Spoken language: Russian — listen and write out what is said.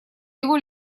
его